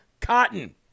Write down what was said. Cotton